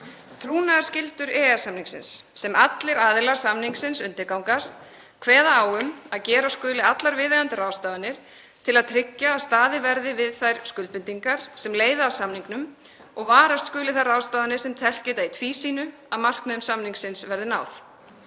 Trúnaðarskyldur EES-samningsins, sem allir aðilar samningsins undirgangast, kveða á um að gera skuli allar viðeigandi ráðstafanir til að tryggja að staðið verði við þær skuldbindingar sem leiða af samningnum og varast skuli þær ráðstafanir sem teflt geta í tvísýnu að markmiðum samningsins verði náð.